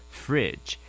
fridge